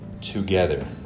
together